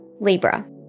Libra